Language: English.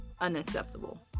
unacceptable